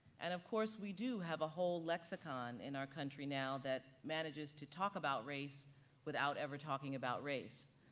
and of course, we do have a whole lexicon in our country now that manages to talk about race without ever talking about race.